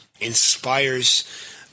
inspires